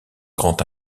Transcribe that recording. grande